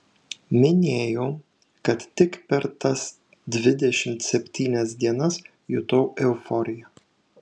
minėjau kad tik per tas dvidešimt septynias dienas jutau euforiją